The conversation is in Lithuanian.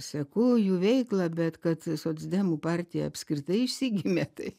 seku jų veiklą bet kad socdemų partija apskritai išsigimė tai